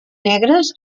negres